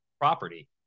property